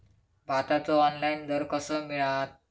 भाताचो ऑनलाइन दर कसो मिळात?